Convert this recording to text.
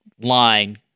line